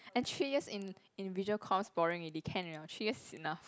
and three years in in visual course boring already can [liao] three years is enough